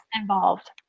involved